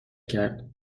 کرد